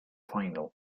final